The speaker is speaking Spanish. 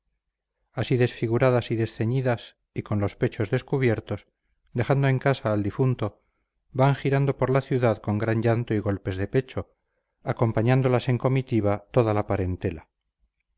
así desfiguradas y desceñidas y con los pechos descubiertos dejando en casa al difunto van girando por la ciudad con gran llanto y golpes de pecho acompañándolas en comitiva toda la parentela